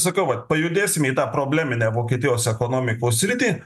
sakau vat pajudėsime į tą probleminę vokietijos ekonomikos sritį